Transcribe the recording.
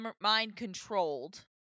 mind-controlled